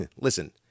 listen